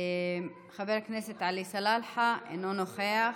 חבר הכנסת עלי סלאלחה, אינו נוכח.